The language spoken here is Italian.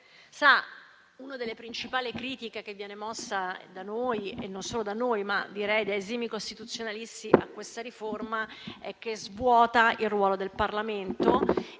che una delle principali critiche che viene mossa da noi e non solo da noi, ma direi da esimi costituzionalisti a questa riforma, è che essa svuota il ruolo del Parlamento